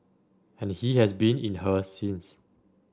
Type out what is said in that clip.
and he has been in her since